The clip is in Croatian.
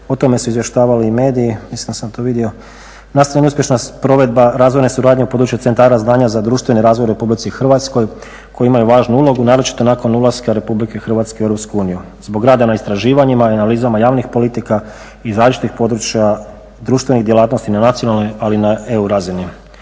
O tome su izvještavali i mediji. Mislim da sam to vidio. …/Govornik se ne razumije./… uspješna provedba razvojne suradnje u području centara znanja za društveni razvoj u Republici Hrvatskoj koji imaju važnu ulogu naročito nakon ulaska Republike Hrvatske u Europsku uniju. Zbog rada na istraživanjima i analizama javnih politika iz različitih područja društvenih djelatnosti na nacionalnoj ali i na EU razini.